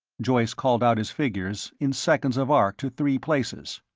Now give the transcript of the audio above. joyce called out his figures, in seconds of arc to three places.